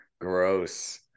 gross